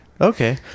Okay